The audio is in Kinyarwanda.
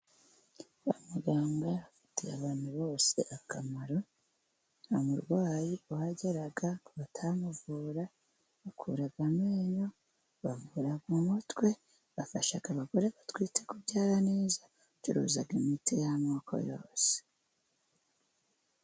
Muganga afitiye abantu bose akamaro. Umurwayi arahagera bakamuvura, bakura amenyo, bavura mu mutwe, bafasha abagore batwite kubyara neza, bacururuza imiti y'amoko yose.